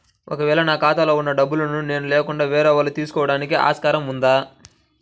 ఒక వేళ నా ఖాతాలో వున్న డబ్బులను నేను లేకుండా వేరే వాళ్ళు తీసుకోవడానికి ఆస్కారం ఉందా?